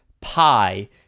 PI